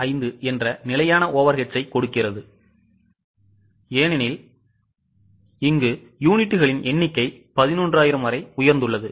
5 என்ற நிலையான overheadஸைக் கொடுக்கிறது ஏனெனில் யூனிட்டுகளின் எண்ணிக்கை 11000 வரை உயர்ந்துள்ளது